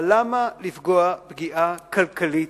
אבל למה לפגוע פגיעה כלכלית?